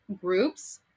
groups